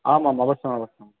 आमाम् अवश्यं अवश्यं